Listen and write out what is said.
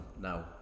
now